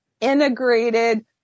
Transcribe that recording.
integrated